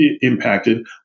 impacted